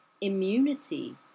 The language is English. immunity